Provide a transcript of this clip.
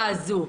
הפרישה הזו.